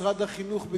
משרד החינוך,